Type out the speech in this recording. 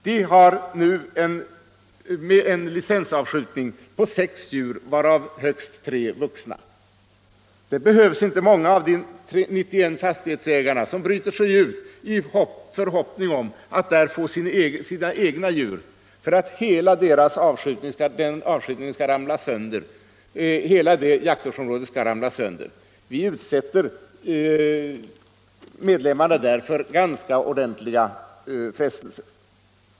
Vi har nu en licensavskjutning på sex djur, varav högst tre vuxna. Det behövs inte att många av de 91 fastighetsägarna bryter sig ut i förhoppning att få sina egna djur för att hela detta jaktvårdsområde skall ramla sönder. Om förslaget går igenom utsätter vi medlemmarna där för ganska ordentliga frestelser.